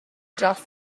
dros